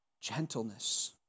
gentleness